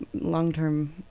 long-term